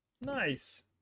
nice